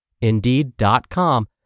Indeed.com